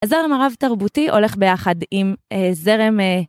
הזרם הרב תרבותי הולך ביחד עם זרם אה...